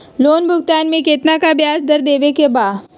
Loan भुगतान में कितना का ब्याज दर देवें के बा?